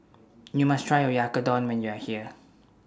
YOU must Try Oyakodon when YOU Are here